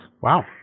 Wow